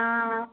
ஆ